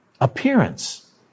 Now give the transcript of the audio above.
appearance